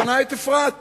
הוא בנה את אפרת,